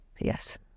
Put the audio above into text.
yes